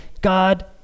God